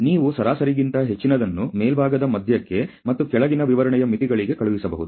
ನೀವು ಸರಾಸರಿಗಿಂತ ಹೆಚ್ಚಿನದನ್ನು ಮೇಲ್ಭಾಗದ ಮಧ್ಯಭಾಗಕ್ಕೆ ಮತ್ತು ಕೆಳಗಿನ ವಿವರಣೆಯ ಮಿತಿಗಳಿಗೆ ಕಳುಹಿಸಬಹುದು